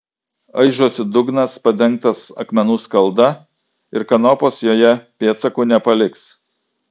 aižosi dugnas padengtas akmenų skalda ir kanopos joje pėdsakų nepaliks